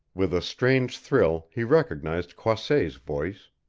with a strange thrill he recognized croisset's voice.